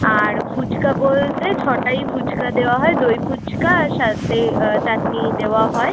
আর ফুচকা বলতে ছটাই ফুচকা দেওয়া হয় দই ফুচকা আর সাথে চাটনি দেওয়া হয়